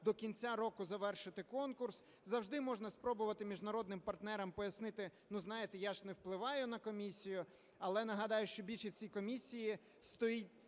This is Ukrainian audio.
до кінця року завершити конкурс. Завжди можна спробувати міжнародним партнерам пояснити: ну, знаєте, я ж не впливаю на комісію. Але нагадаю, що більшість в цій комісії